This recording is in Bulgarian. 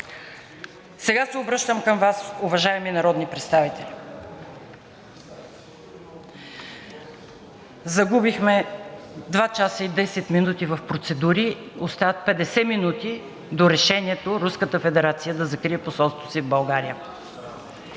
Сега се обръщам към Вас, уважаеми народни представители, загубихме два часа и 10 минути в процедури. Остават 50 минути до решението Руската федерация да закрие посолството си в България.